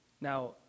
Now